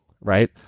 right